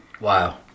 Wow